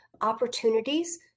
opportunities